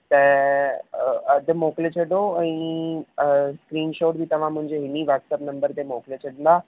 त अधु मोकिले छॾो ऐं स्क्रीन शॉट बि तव्हां मुंहिंजे इन ई वॉट्सप नंबर ते मोकिले छॾंदा